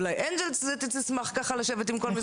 אולי אנג'ל תסכים לשבת עם כל משרד.